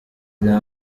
nta